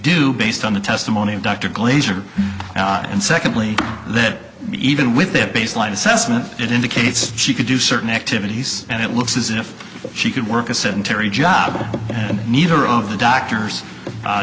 do based on the testimony of dr glaser and secondly that even with that baseline assessment it indicates she could do certain activities and it looks as if she could work a sedentary job and neither of the doctors